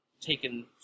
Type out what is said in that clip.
taken